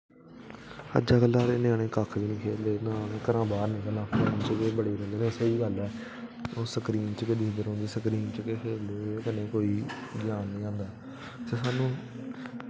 अजाकल्ला दे ञ्यानें कक्ख वी निं खेल्लदे ना घरा दा बाह्र निकलना अंदर गै बड़े दे रौह्ंदे स्हेई गल्ल ऐ ओह् स्क्रीन च गै दिक्खदे रौह्ंदे ते स्क्रीन च गै खेल्लदे ते ओह्दे ई कोई ज्ञान निं होंदा